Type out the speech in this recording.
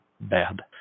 bad